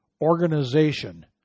organization